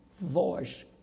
voice